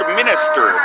minister